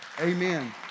Amen